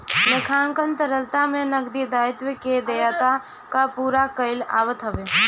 लेखांकन तरलता में नगदी दायित्व के देयता कअ पूरा कईल आवत हवे